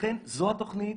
ולכן זו התוכנית.